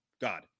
God